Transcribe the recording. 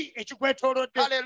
Hallelujah